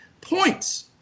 Points